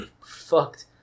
Fucked